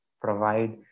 provide